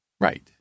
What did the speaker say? Right